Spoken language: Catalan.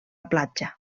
platja